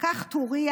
הוא לקח טורייה